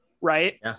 Right